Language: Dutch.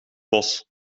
bos